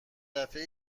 دفعه